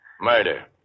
Murder